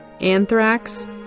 anthrax